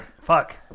Fuck